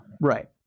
Right